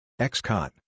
XCOT